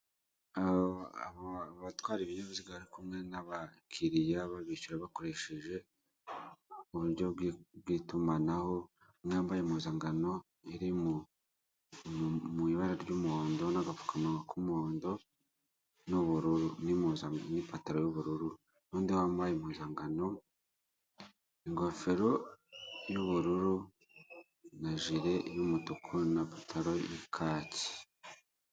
Abatwara ibinyabiziga bari kumwe n'abakiliya b'abishyura bakoresheje uburyo bw'itumanaho, umwe wambaye impuzangano iri mu ibara ry'umuhondo, n'agapfukamunwa k'umuhondo n'ubururu n'impuzankano n'ipataro y'ubururundi wampaye impuzangano ingofero y'ubururu na jire y'umutuku na patalo y'ikaki.